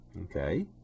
okay